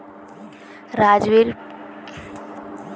राजीवेर पिताक प्रधानमंत्री किसान मान धन योजना स फायदा ह ले